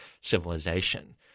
civilization